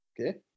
Okay